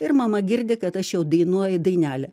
ir mama girdi kad aš jau dainuoju dainelę